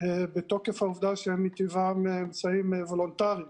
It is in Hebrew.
בתוקף העובדה שהם מטבעם אמצעים וולונטריים